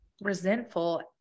resentful